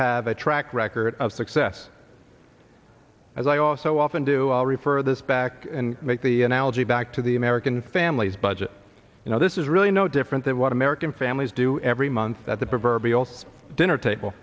have a track record of success as i also often do refer this back and make the analogy back to the american family's budget you know this is really no different than what american families do every month at the proverbial dinner table